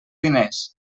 diners